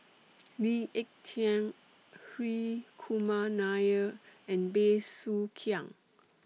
Lee Ek Tieng Hri Kumar Nair and Bey Soo Khiang